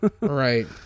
Right